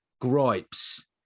gripes